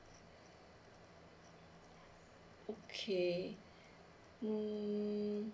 okay mm mm